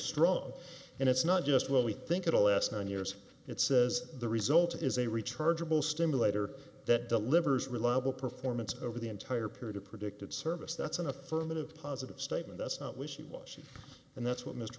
strong and it's not just what we think it'll last nine years it says the result is a rechargeable stimulator that delivers reliable performance over the entire period of predicted service that's an affirmative positive statement that's not wishy washy and that's